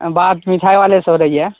بات مٹھائی والے سے ہو رہی ہے